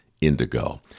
indigo